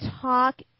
talk